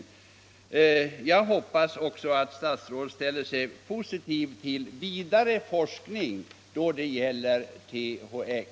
Om fortsatt THX-preparat 1 Jag hoppas att statsrådet ställer sig positiv till vidare forskning då det gäller THX.